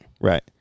Right